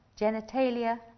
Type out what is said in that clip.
genitalia